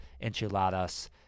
enchiladas